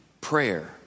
prayer